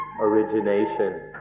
origination